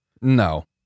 No